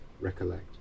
recollect